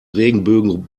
regenbögen